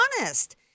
honest